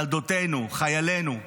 ילדותינו, חיילינו,